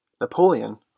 Napoleon